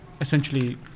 essentially